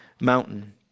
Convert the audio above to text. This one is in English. mountain